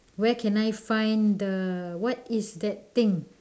where can I find the what is that thing